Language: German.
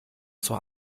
zur